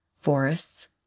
forests